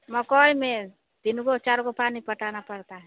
ईय में तीन गो चार गो पानी पटाना पड़ता है